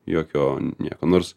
jokio nieko nors